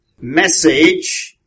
message